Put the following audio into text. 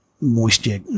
moisture